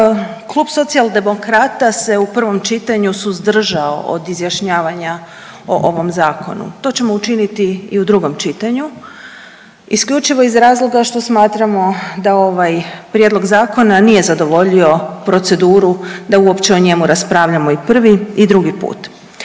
Klub Socijaldemokrata se u prvom čitanju suzdržao od izjašnjavanja o ovom zakonu. To ćemo učiniti i u drugom čitanju isključivo iz razloga što smatramo da ovaj prijedlog zakona nije zadovoljio proceduru da uopće o njemu raspravljamo i prvi i drugi put.